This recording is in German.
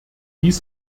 dies